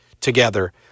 together